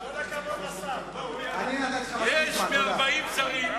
כל הכבוד לשר, יש 40 שרים,